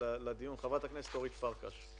חברת הכנסת אורית פרקש.